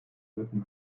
written